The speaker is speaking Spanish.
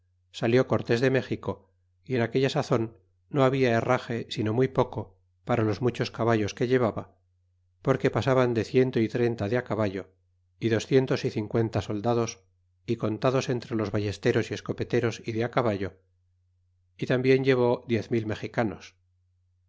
salió cortés de méxico y en aquella sazon no habia herrage sino muy poco para los muchos caballos que llevaba porque pasaban de ciento y treinta de caballo y docientos y cincuenta soldados y contados entre los ballesteros y escopeteros y de caballo y tambien llevó diez mil mexicanos